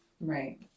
Right